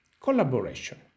collaboration